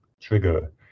trigger